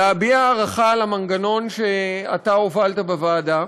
אני רוצה להביע הערכה למנגנון שהובלת בוועדה,